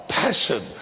passion